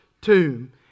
tomb